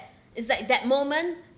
it's like that moment